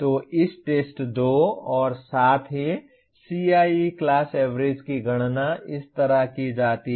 तो इस टेस्ट 2 और साथ ही CIE क्लास एवरेज की गणना इस तरह की जाती है